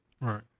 right